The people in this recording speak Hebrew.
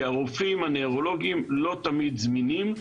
הרופאים לא תמיד זמינים,